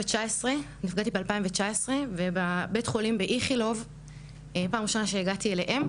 נפגעתי ב-2019 ובבית חולים באיכילוב פעם ראשונה שהגעתי אליהם,